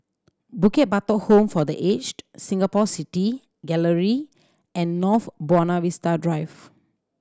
Bukit Batok Home for The Aged Singapore City Gallery and North Buona Vista Drive